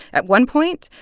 at one point,